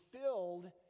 filled